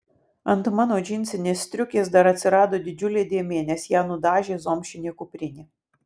ant mano džinsinės striukės dar atsirado didžiulė dėmė nes ją nudažė zomšinė kuprinė